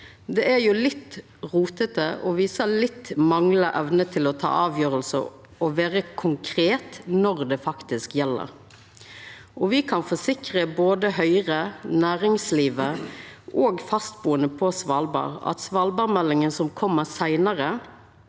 Det er litt rotete og viser litt manglande evne til å ta avgjersler og vera konkret når det faktisk gjeld. Me kan forsikra både Høgre, næringslivet og fastbuande på Svalbard at svalbardmeldinga som kjem seinare,